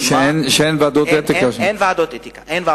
שאין ועדות אתיקה.